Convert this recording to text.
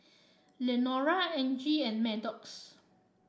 Lenora Angie and Maddox